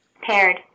Paired